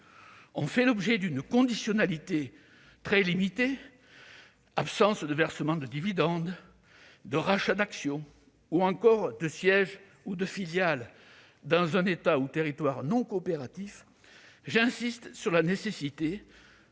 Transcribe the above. ont fait l'objet d'une conditionnalité limitée- absence de versements de dividendes, de rachats d'actions ou encore de siège ou de filiale dans un État ou un territoire non coopératif -j'insiste sur la nécessité